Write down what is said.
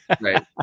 right